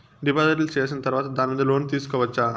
డిపాజిట్లు సేసిన తర్వాత దాని మీద లోను తీసుకోవచ్చా?